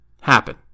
happen